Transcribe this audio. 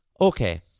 Okay